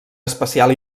especial